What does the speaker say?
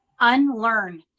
Unlearn